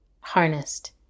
harnessed